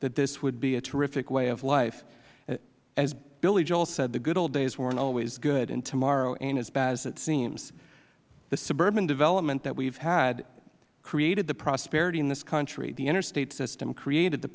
that this would be a terrific way of life as billy joel said the good days weren't always good and tomorrow ain't as bad as it seems the suburban development that we have had created the prosperity in this country the interstate system created the